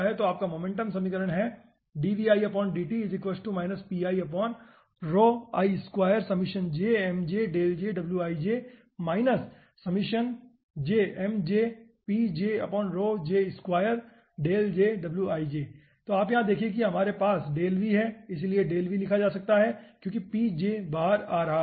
तो आपका मोमेंटम समीकरण हैं यदि आप यहां देखें तो हमारे पास ∇V है इसलिए ∇V लिखा जा सकता है क्योंकि बाहर जा रहा है